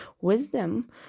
wisdom